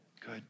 Good